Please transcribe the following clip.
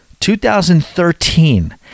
2013